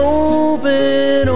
open